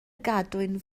gadwyn